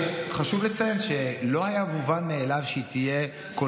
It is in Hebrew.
חשוב לציין שלא היה מובן מאליו שסגנית